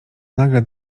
nagle